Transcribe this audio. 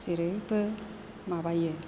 जेरैबो माबायो